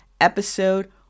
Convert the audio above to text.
episode